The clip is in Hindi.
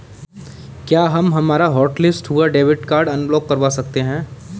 क्या हम हमारा हॉटलिस्ट हुआ डेबिट कार्ड अनब्लॉक करवा सकते हैं?